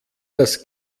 das